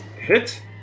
hit